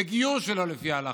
בגיור שלא לפי ההלכה,